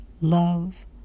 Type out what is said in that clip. love